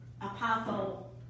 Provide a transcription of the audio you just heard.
Apostle